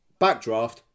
Backdraft